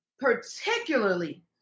particularly